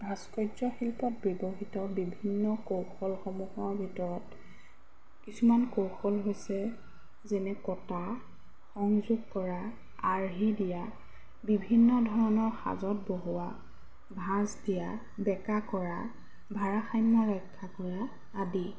ভাস্কৰ্যশিল্পত ব্যৱহৃত বিভিন্ন কৌশলসমূহৰ ভিতৰত কিছুমান কৌশল হৈছে যেনে কটা সংযোগ কৰা আৰ্হি দিয়া বিভিন্ন ধৰণৰ সাজত বহোৱা ভাঁজ দিয়া বেকা কৰা ভাৰাাসাম্য ৰক্ষা কৰা আদি